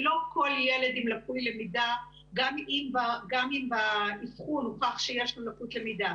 שלא כל ילד עם לקות למידה גם אם באבחון הוכח שיש לו לקות למידה,